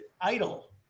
idle